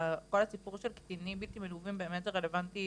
כל הסיפור של קטינים בלתי מלווים זה באמת רלוונטי